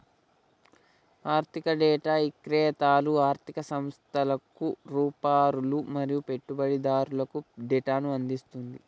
ఆర్ధిక డేటా ఇక్రేతలు ఆర్ధిక సంస్థలకు, యాపారులు మరియు పెట్టుబడిదారులకు డేటాను అందిస్తుంది